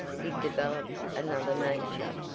he develops another nature.